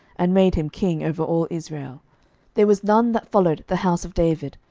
and made him king over all israel there was none that followed the house of david,